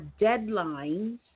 deadlines